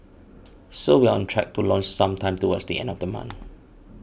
so we're on track to launch sometime towards the end of the month